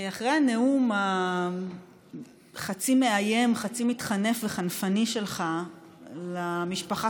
אחרי הנאום החצי-מאיים חצי-מתחנף וחנפני שלך למשפחה